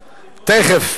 די,